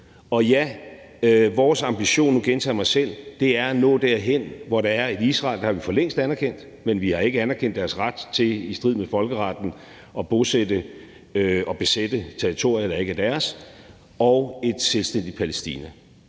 Og ja, vores ambition, og nu gentager jeg mig selv, er at nå derhen, hvor der er et Israel – det har vi for længst anerkendt, men vi har ikke anerkendt deres ret til i strid med folkeretten at bosætte sig på og besætte et territorie, der ikke er deres – og et selvstændigt Palæstina.